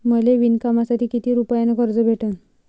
मले विणकामासाठी किती रुपयानं कर्ज भेटन?